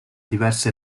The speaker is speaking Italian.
diverse